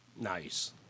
Nice